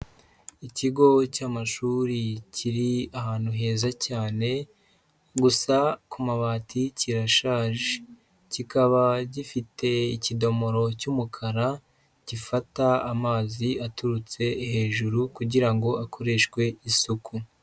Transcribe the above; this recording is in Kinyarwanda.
Ikigo cy'amashuri kiri ahantu heza cyane gusa ku mabati kirashaje, kikaba gifite ikidomoro cy'umukara gifata amazi aturutse hejuru kugira ngo ngo akoreshwe isuku.